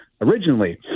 originally